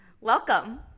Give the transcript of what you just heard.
Welcome